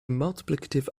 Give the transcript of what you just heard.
multiplicative